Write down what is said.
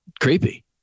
creepy